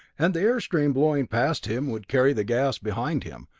and the air-stream blowing past him would carry the gas behind him,